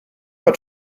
hat